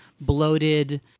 bloated